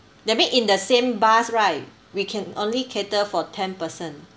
that mean in the same bus right we can only cater for ten person